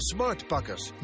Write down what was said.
SmartPakkers